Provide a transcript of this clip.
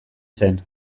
zen